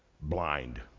blind